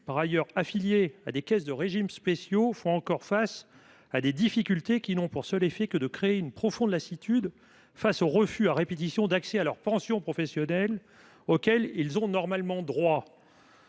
par ailleurs affiliés à des caisses de régimes spéciaux, font encore face à des difficultés qui n’ont pour effet que de créer une profonde lassitude face aux refus à répétition d’accès à la pension professionnelle à laquelle ils ont normalement droit.